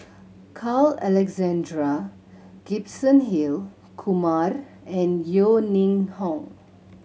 Carl Alexander Gibson Hill Kumar and Yeo Ning Hong